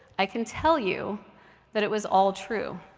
i can tell you that it was all true.